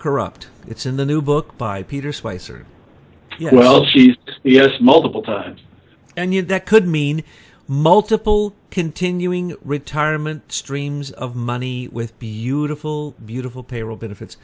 corrupt it's in the new book by peter spicer well she's yes multiple times and you that could mean multiple continuing retirement streams of money with beautiful beautiful payroll benefits